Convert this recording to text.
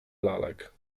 lalek